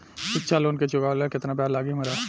शिक्षा लोन के चुकावेला केतना ब्याज लागि हमरा?